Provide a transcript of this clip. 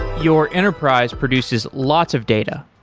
your enterprise produces lots of data,